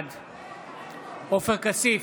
בעד עופר כסיף,